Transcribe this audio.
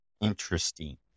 interesting